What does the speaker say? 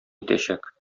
итәчәк